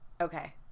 Okay